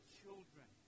children